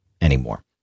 anymore